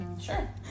Sure